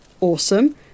Awesome